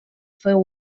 feu